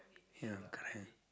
ya correct